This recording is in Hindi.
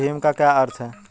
भीम का क्या अर्थ है?